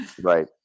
Right